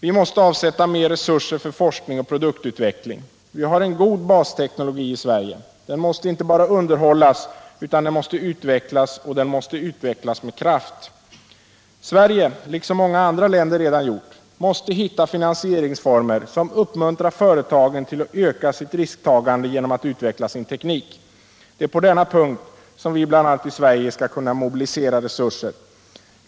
Vi måste avsätta mer resurser för forskning och produktutveckling. Vi har en god basteknologi i Sverige. Den måste inte bara underhållas utan den måste utvecklas och den måste utvecklas med kraft. Sverige måste — liksom många andra länder redan gjort — hitta finansieringsformer som uppmuntrar företagen till att öka sitt risktagande genom att utveckla sin teknik. Det är bl.a. på denna punkt som vi i Sverige skall kunna mobilisera resurser.